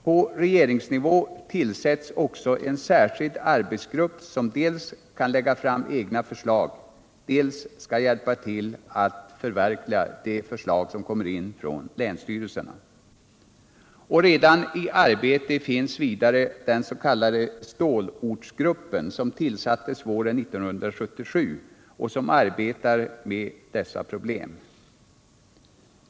På regeringsnivå tillsätts också en särskild arbetsgrupp som dels kan lägga fram egna förslag, dels skall hjälpa till att förverkliga länsstyrelsernas förslag. Redan i arbete finns vidare den s.k. stålortsgruppen, som tillsattes våren 1977 och som arbetar med dessa problem.